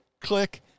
click